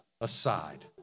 aside